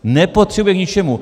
Nepotřebuje je k ničemu.